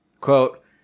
Quote